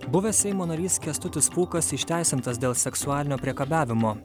buvęs seimo narys kęstutis pūkas išteisintas dėl seksualinio priekabiavimo